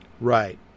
Right